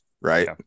right